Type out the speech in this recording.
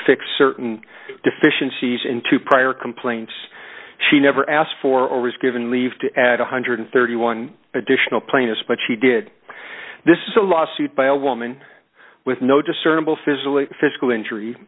fix certain deficiencies in two prior complaints she never asked for or was given leave to add one hundred and thirty one additional plaintiffs but she did this is a lawsuit by a woman with no discernible physical